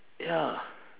ya